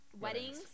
weddings